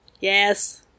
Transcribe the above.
Yes